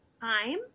Time